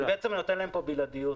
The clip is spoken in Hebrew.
זה בעצם נותן להם פה את הבלעדיות.